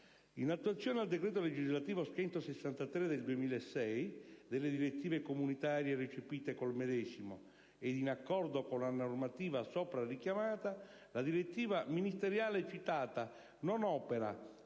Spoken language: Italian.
In attuazione del decreto legislativo n. 163 del 2006, delle direttive comunitarie recepite col medesimo ed in accordo con la normativa sopra richiamata, la direttiva ministeriale citata non opera,